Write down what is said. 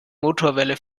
motorwelle